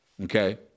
Okay